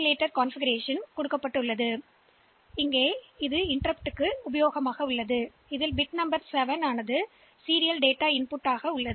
எனவே இதைப் பற்றி பேசும்போது நாங்கள் விவாதித்த மீதமுள்ள பிட்கள் குறுக்கீடுகளைப் பற்றி பேசுகிறோம் இந்த பிட் எண் 7 என்பது SDI தொடர் டேட்டா உள்ளீடு ஆகும்